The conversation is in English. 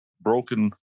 broken